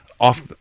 Off